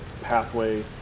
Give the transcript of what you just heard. pathway